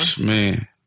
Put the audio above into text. Man